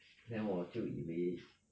then 我就以为